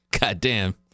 Goddamn